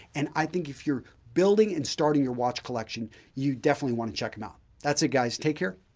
and i think if you're building and starting your watch collection, you definitely want to check them out. that's it guys. take care.